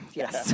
yes